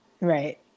Right